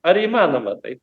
ar įmanoma taip